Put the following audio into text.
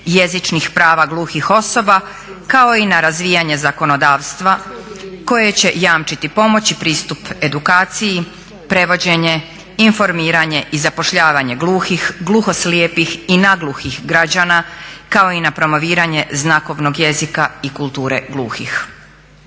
jezičnih prava gluhih osoba kao i na razvijanje zakonodavstva koje će jamčiti pomoć i pristup edukaciji, prevođenje, informiranje i zapošljavanje gluhih, gluhoslijepih i nagluhih građana, kao i na promoviranje znakovnog jezika i kulture gluhih.